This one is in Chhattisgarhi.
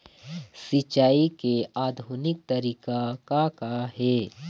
सिचाई के आधुनिक तरीका का का हे?